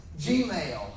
Gmail